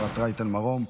אפרת רייטן מרום,